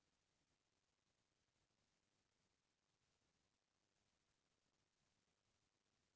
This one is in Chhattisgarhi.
कपसा के फसल ल बारो महिना लिये जा सकत हे